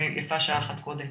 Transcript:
ויפה שעה אחת קודם.